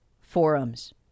forums